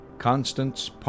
Constance